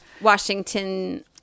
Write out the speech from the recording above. Washington